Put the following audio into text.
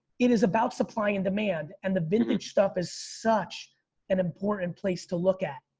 it is about supply and demand. and the vintage stuff is such an important place to look at.